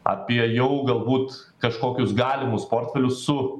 apie jau galbūt kažkokius galimus portfelius su